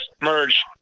Merge